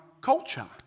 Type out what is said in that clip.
culture